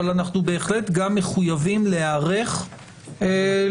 אבל אנחנו בהחלט גם מחויבים להיערך לקליטה